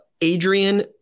Adrian